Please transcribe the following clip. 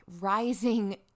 rising